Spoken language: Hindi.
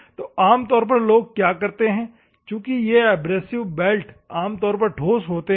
तो आम तौर पर लोग क्या करते हैं चूँकि ये एब्रेसिव बेल्ट आम तौर पर ठोस होते हैं